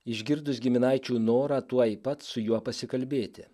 išgirdus giminaičių norą tuoj pat su juo pasikalbėti